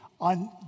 on